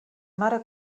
mare